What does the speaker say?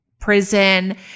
prison